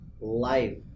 Life